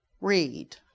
Read